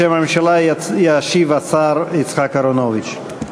בשם הממשלה ישיב השר יצחק אהרונוביץ.